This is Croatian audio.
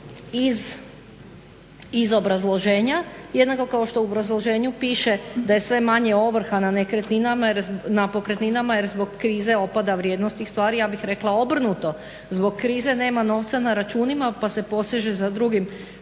iz obrazloženja. Jednako kao što u obrazloženju piše da je sve manje ovrha na pokretninama jer zbog krize opada vrijednost tih stvari, ja bih rekla obrnuto zbog krize nema novca na računima pa se poseže za drugim